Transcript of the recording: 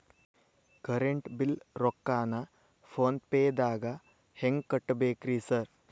Current bill ರೊಕ್ಕಾನ phone ಪೇದಾಗ ಹೆಂಗ್ ಕಟ್ಟಬೇಕ್ರಿ ಸರ್?